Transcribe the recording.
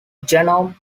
genome